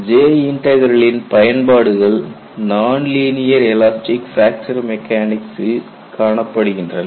J இன்டக்ரலின் பயன்பாடுகள் நான் லீனியர் எலாஸ்டிக் பிராக்சர் மெக்கானிக்சில் காணப்படுகின்றன